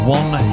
one